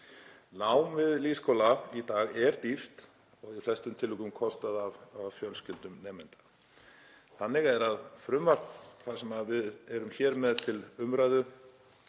Nám við lýðskóla í dag er dýrt og í flestum tilvikum kostað af fjölskyldum nemenda. Þannig er að frumvarp það sem við erum hér með til umræðu